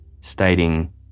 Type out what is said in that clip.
stating